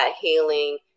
healing